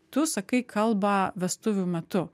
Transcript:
tu sakai kalbą vestuvių metu